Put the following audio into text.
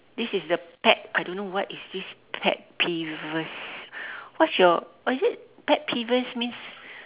this is the pet I don't know what is this pet peeves what is your oh is it pet peeves means